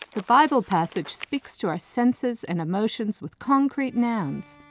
the bible passage speaks to our senses and emotions with concrete nouns,